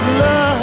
love